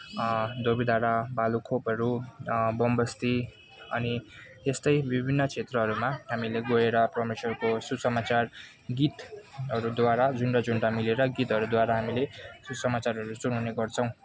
धोबी धारा भालुखोपहरू बोमबस्ती अनि यस्तै विभिन्न क्षेत्रहरूमा हामीले गएर परमेश्वरको सुसमाचार गीतहरूद्वारा झुन्ड झुन्ड मिलेर गीतहरूद्वारा हामीले सुसमाचारहरू सुनाउने गर्छौँ